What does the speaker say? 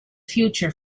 future